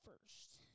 first